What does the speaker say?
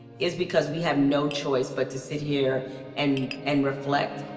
is because we have no choice but to sit here and and reflect.